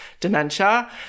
dementia